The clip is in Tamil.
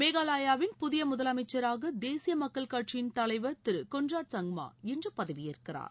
மேகாலயாவின் புதிய முதலமைச்சராக தேசிய மக்கள் கட்சியின் தலைவர் கொள்டராட் சுங்மா இன்று பதவியேற்கிறார்